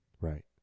Right